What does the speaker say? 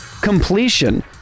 completion